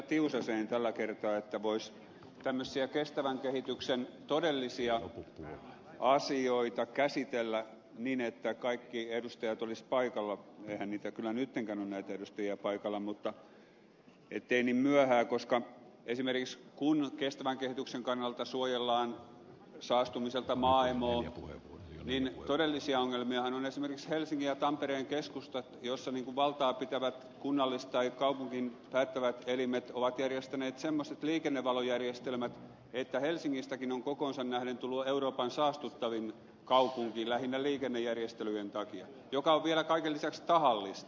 tiusaseen tällä kertaa että voisi tämmöisiä kestävän kehityksen todellisia asioita käsitellä niin että kaikki edustajat olisivat paikalla eihän kyllä nytkään ole näitä edustajia paikalla eikä niin myöhään koska esimerkiksi kun kestävän kehityksen kannalta suojellaan saastumiselta maailmoo niin todellisia ongelmiahan ovat esimerkiksi helsingin ja tampereen keskustat joissa valtaa pitävät kaupungin päättävät elimet ovat järjestäneet semmoiset liikennevalojärjestelmät että helsingistäkin on kokoonsa nähden tullut euroopan saastuttavin kaupunki lähinnä liikennejärjestelyjen takia mikä on vielä kaiken lisäksi tahallista